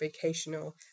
vocational